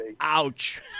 Ouch